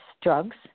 drugs